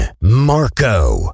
Marco